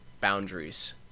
boundaries